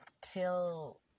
till